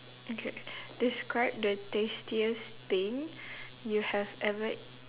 okay describe the tastiest thing you have ever